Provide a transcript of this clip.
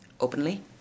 openly